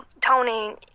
tony